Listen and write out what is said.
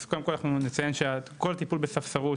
אז קודם כל אנחנו נציין שכל טיפול בספסרות